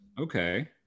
Okay